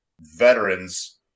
veterans